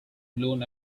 blown